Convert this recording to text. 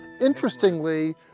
Interestingly